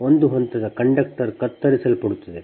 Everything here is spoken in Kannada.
ಒಂದು ಹಂತದ ಕಂಡಕ್ಟರ್ ಕತ್ತರಿಸಲ್ಪಡುತ್ತದೆ